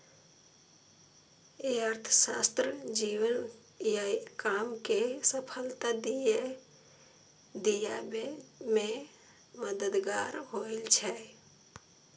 अर्थशास्त्र जीवन आ काम कें सफलता दियाबे मे मददगार होइ छै